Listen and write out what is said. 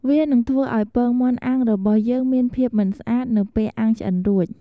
វានឹងធ្វើឲ្យពងមាន់អាំងរបស់យើងមានភាពមិនស្អាតនៅពេលអាំងឆ្អិនរួច។